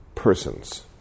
persons